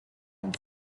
and